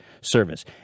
service